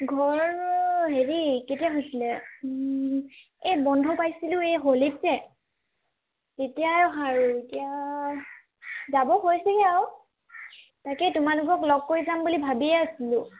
ঘৰ হেৰি কেতিয়া গৈছিলে এই বন্ধ পাইছিলোঁ এই হ'লীত যে তেতিয়াই অহা আৰু এতিয়া যাব হৈছেগে আৰু তাকে তোমালোকক লগ কৰি যাম বুলি ভাবিয়ে আছিলোঁ